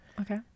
Okay